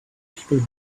people